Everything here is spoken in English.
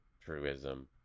truism